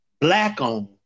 Black-owned